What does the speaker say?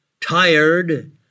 tired